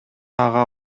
ага